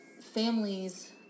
families